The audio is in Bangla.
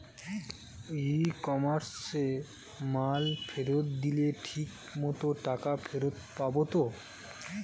ই কমার্সে মাল ফেরত দিলে ঠিক মতো টাকা ফেরত পাব তো?